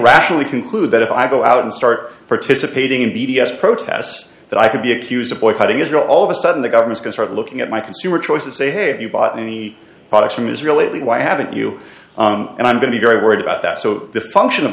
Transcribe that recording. rationally conclude that if i go out and start participating in the e d s protests that i could be accused of boycotting is or all of a sudden the government can start looking at my consumer choice and say hey have you bought any products from israel lately why haven't you and i'm going to be very worried about that so the function of